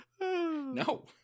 No